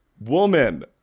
woman